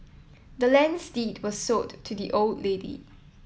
the land's deed was sold to the old lady